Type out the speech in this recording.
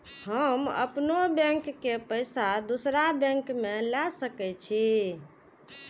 हम अपनों बैंक के पैसा दुसरा बैंक में ले सके छी?